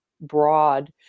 broad